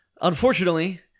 Unfortunately